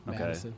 Okay